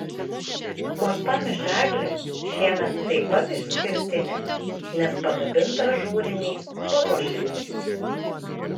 uostamiesčio eglė šiemet taip pat išskirtinė nes padabinta ažūriniais papuošimais